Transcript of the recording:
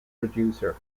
producer